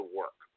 work